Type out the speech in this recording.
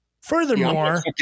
Furthermore